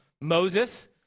Moses